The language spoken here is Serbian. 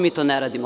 Mi to ne radimo.